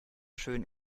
schön